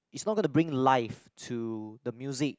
is not going to bring life to the music